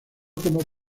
como